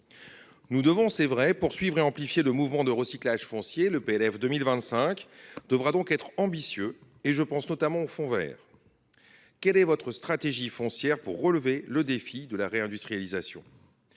Nous devons poursuivre et amplifier le mouvement de recyclage foncier. Le projet de loi de finances pour 2025 devra donc être ambitieux ; je pense notamment au fonds vert. Quelle est votre stratégie foncière pour relever le défi de la réindustrialisation ?